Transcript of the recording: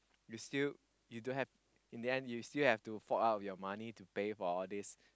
you still you don't have in the end you still have to fork out your money to pay for all these